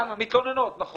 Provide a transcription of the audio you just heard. מתלוננות, נכון.